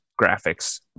graphics